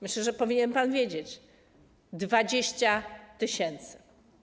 Myślę, że powinien pan wiedzieć - 20 tys.